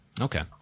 Okay